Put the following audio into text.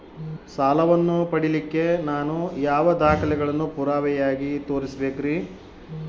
ಸಾಲವನ್ನು ಪಡಿಲಿಕ್ಕೆ ನಾನು ಯಾವ ದಾಖಲೆಗಳನ್ನು ಪುರಾವೆಯಾಗಿ ತೋರಿಸಬೇಕ್ರಿ?